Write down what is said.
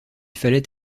fallait